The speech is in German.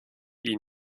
ihn